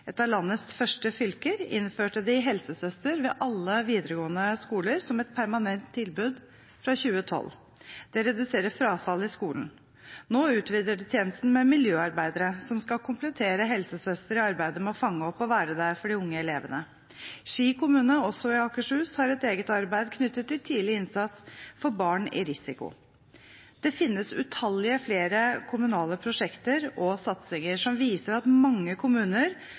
et av landets første fylker innførte de helsesøster ved alle videregående skoler som et permanent tilbud fra 2012. Det reduserer frafallet i skolen. Nå utvider de tjenesten med miljøarbeidere som skal komplettere helsesøster i arbeidet med å fange opp og være der for de unge elevene. Ski kommune, også i Akershus, har et eget arbeid knyttet til tidlig innsats for barn i risiko. Det finnes utallige flere kommunale prosjekter og satsinger som viser at mange kommuner